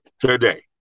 today